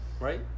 Right